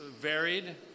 varied